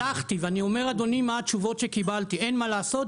שלחתי ואני אומר אדוני מה התשובות שקיבלתי: אין מה לעשות,